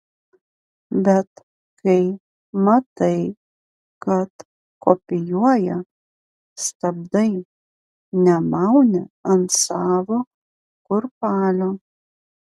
bet kai matai kad kopijuoja stabdai nemauni ant savo kurpalio